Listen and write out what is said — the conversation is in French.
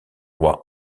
roi